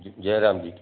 ज जय राम जी की